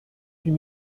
huit